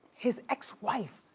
his ex-wife,